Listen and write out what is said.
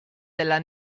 della